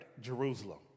Jerusalem